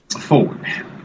forward